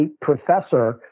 professor